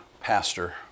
pastor